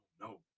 no